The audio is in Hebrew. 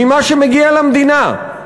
ממה שמגיע למדינה?